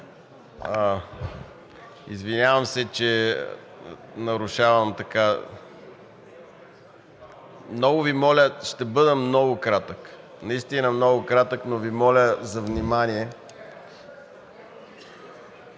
Извинявам се, че нарушавам така… (Силен шум.) Много Ви моля, ще бъда много кратък, наистина много кратък, но Ви моля за внимание.